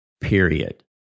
period